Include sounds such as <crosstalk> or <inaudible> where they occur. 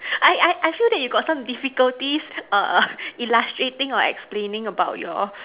<laughs> I I I feel that you got some difficulties err illustrating or explaining about your